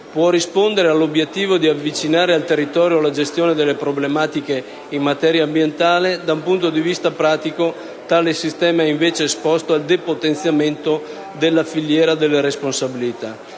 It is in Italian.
può rispondere all'obiettivo di avvicinare al territorio la gestione delle problematiche in materia ambientale, da un punto di vista pratico tale sistema è invece esposto al depotenziamento della filiera delle responsabilità.